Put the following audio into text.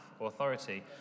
authority